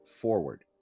forward